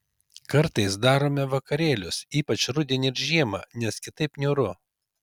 kartais darome vakarėlius ypač rudenį ir žiemą nes kitaip niūru